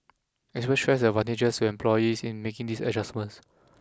experts stressed the advantages to employers in making these adjustments